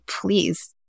please